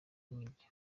nk’ibyo